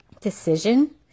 decision